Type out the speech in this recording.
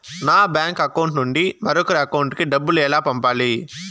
నా bank account నుండి మరొకరి అకౌంట్ కు డబ్బులు ఎలా పంపాలి